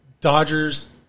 Dodgers